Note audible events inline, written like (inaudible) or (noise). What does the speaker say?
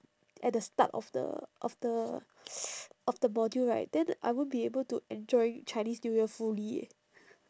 at the start of the of the (noise) of the module right then I won't be able to enjoy chinese new year fully eh